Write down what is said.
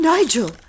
Nigel